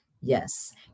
Yes